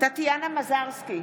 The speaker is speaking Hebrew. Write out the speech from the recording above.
טטיאנה מזרסקי,